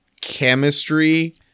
chemistry